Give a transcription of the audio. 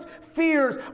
fears